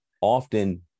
Often